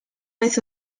vez